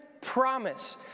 promise